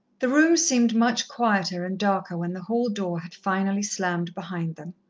the room seemed much quieter and darker when the hall-door had finally slammed behind them.